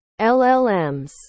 LLMs